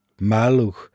Maluch